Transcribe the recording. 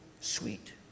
sweet